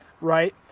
right